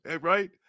Right